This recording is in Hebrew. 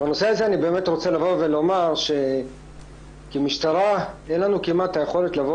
בנושא הזה אני רוצה לומר שכמשטרה אין לנו כמעט יכולת לבוא